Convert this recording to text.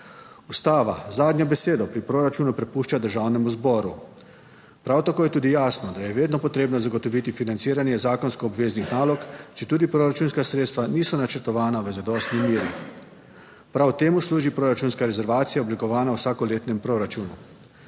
Ustava zadnjo besedo pri proračunu prepušča Državnemu zboru. Prav tako je tudi jasno, da je vedno potrebno zagotoviti financiranje zakonsko obveznih nalog, četudi proračunska sredstva niso načrtovana v zadostni meri. Prav temu služi proračunska rezervacija, oblikovana v vsakoletnem proračunu.